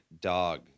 dog